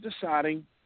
deciding